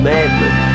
Madman